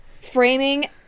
framing